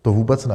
To vůbec ne.